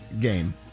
game